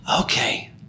Okay